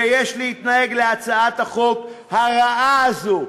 ויש להתנגד להצעת החוק הרעה הזו,